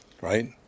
right